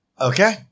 Okay